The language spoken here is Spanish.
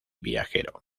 viajero